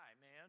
man